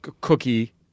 cookie